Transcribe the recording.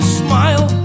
smile